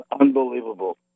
unbelievable